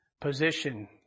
Position